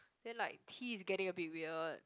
then like T is getting a bit weird